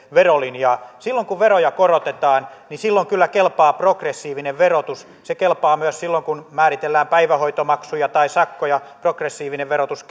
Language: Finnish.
verolinjaa silloin kun veroja korotetaan kyllä kelpaa progressiivinen verotus se kelpaa myös silloin kun määritellään päivähoitomaksuja tai sakkoja progressiivinen verotus